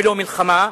ולא מלחמה.